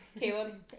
Caleb